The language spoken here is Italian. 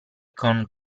con